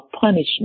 punishment